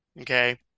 Okay